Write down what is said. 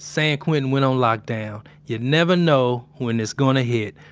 san quentin went on lockdown. you never know when it's gonna hit,